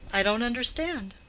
i don't understand.